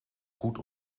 goed